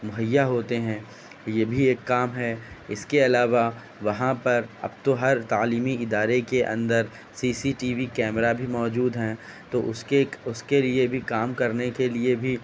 مہیا ہوتے ہیں یہ بھی ایک کام ہے اس کے علاوہ وہاں پر اب تو ہر تعلیمی ادارے کے اندر C C T V camera بھی موجود ہیں تو اس اس کے لیے بھی کام کرنے کے لیے بھی